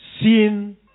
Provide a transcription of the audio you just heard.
sin